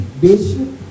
bishop